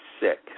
sick